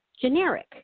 generic